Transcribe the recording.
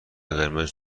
قرمز